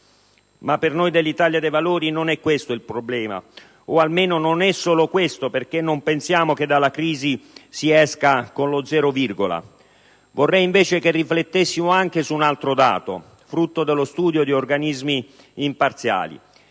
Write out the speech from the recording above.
Ma per noi dell'Italia dei Valori non è questo il problema; o almeno non è solo questo, perché non pensiamo che dalla crisi si esca con lo "zero virgola". Vorrei invece che riflettessimo anche su un altro dato, frutto dello studio di organismi imparziali: